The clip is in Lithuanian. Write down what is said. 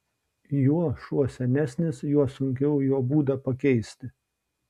juo šuo senesnis juo sunkiau jo būdą pakeisti